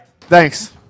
Thanks